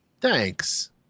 thanks